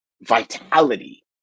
vitality